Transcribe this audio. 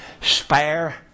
Spare